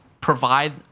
provide